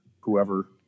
whoever